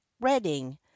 Reading